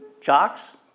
jocks